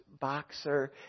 boxer